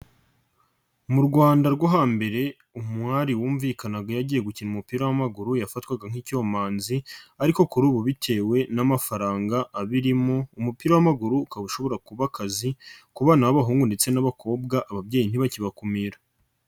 Mu Rwanda rwo hambere umwari wumvikanaga yagiye gukina umupira w'amaguru yafatwaga nk'icyomanzi ariko kuri ubu bitewe n'amafaranga abirimo umupira w'amaguru ukaba ushobora kuba akazi ku bana b'abahungu ndetse n'abakobwa, ababyeyi ntibakibakumira.